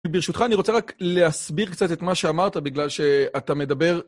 ברשותך אני רוצה רק להסביר קצת את מה שאמרת בגלל שאתה מדבר.